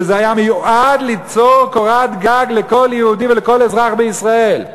וזה היה מיועד ליצור קורת גג לכל יהודי ולכל אזרח בישראל.